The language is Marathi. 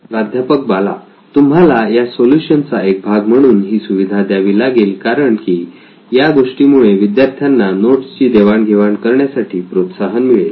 प्राध्यापक बाला तुम्हाला या सोल्युशन चा एक भाग म्हणून ही सुविधा द्यावी लागेल कारण की या गोष्टीमुळे विद्यार्थ्यांना नोट्सची देवाण घेवाण करण्यासाठी प्रोत्साहन मिळेल